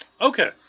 Okay